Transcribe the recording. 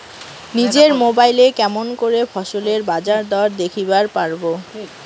নিজের মোবাইলে কেমন করে ফসলের বাজারদর দেখিবার পারবো?